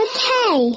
Okay